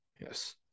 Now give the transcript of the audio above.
yes